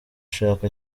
ushaka